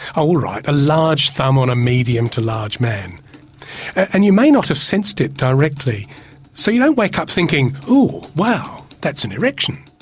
oh all right, a large thumb on a medium to large man and you may not have sensed it directly so you don't know wake up thinking oh, wow, that's an erection.